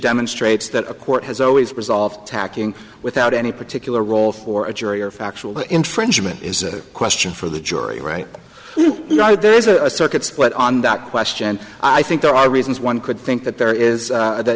demonstrates that a court has always resolved tacking without any particular role for a jury or factual infringement is a question for the jury right there is a circuit split on that question i think there are reasons one could think that there is